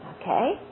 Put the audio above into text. okay